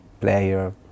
player